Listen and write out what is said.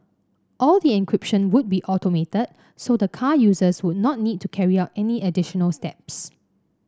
all the encryption would be automated so the car users would not need to carry out any additional steps